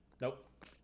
Nope